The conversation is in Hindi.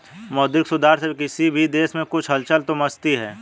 मौद्रिक सुधार से किसी भी देश में कुछ हलचल तो मचती है